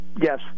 yes